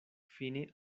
fine